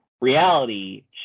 reality